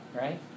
right